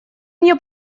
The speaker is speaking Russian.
мне